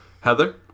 Heather